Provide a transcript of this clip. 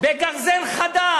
בגרזן חד,